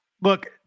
Look